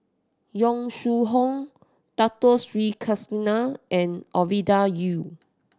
Yong Shu Hoong Dato Sri Krishna and Ovidia Yu